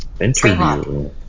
interview